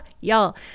y'all